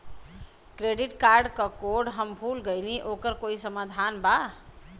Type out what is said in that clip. Credit card क code हम भूल गइली ओकर कोई समाधान बा?